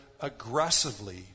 aggressively